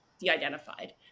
de-identified